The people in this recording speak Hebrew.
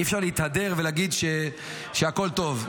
אי-אפשר להתהדר ולהגיד שהכול טוב,